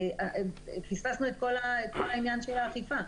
פספסנו את כל העניין של ההרתעה.